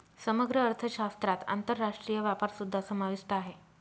समग्र अर्थशास्त्रात आंतरराष्ट्रीय व्यापारसुद्धा समाविष्ट आहे